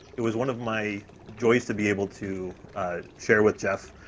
it was one of my joys to be able to share with jeff